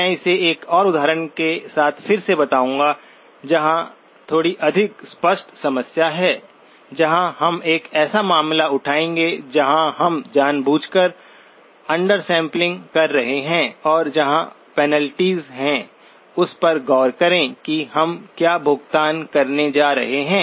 मैं इसे 1 और उदाहरण के साथ फिर से बताऊंगा जहां थोड़ी अधिक स्पष्ट समस्या है जहां हम एक ऐसा मामला उठाएंगे जहां हम जानबूझकर अंडर सैंपलिंग कर रहें हैं और जहां पेनाल्टी है उस पर गौर करें कि हम क्या भुगतान करने जा रहे हैं